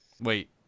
wait